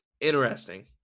interesting